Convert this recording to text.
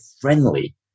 friendly